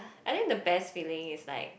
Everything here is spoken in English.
and then the best feeling is like